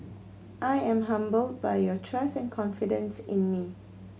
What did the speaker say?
I am humbled by your trust and confidence in me